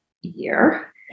year